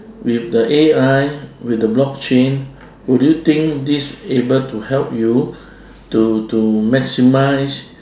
with the A_I with the blockchain would you think this able to help you to to maximise